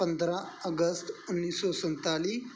ਪੰਦਰਾਂ ਅਗਸਤ ਉੱਨੀ ਸੌ ਸੰਤਾਲੀ